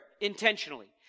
Intentionally